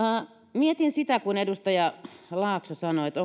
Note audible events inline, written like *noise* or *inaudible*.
mietin sitä kun edustaja laakso sanoi että *unintelligible*